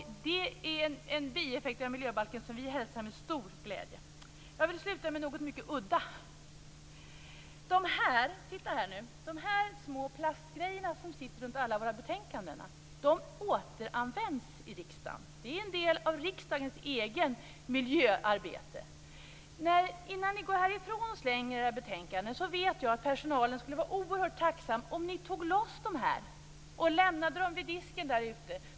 Det är en bieffekt av miljöbalken som vi hälsar med stor glädje. Jag vill sluta med något mycket udda. De små plastgrejer som sitter runt alla våra betänkanden återanvänds i riksdagen. Det är en del av riksdagens eget miljöarbete. Jag vet att personalen skulle vara oerhört tacksam om ni tar loss dem innan ni slänger era betänkanden och går härifrån, och lämnar dem vid disken därute.